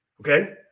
Okay